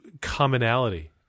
commonality